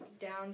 down